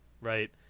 Right